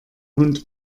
hund